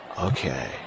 Okay